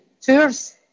tours